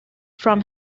from